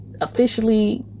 officially